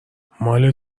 مال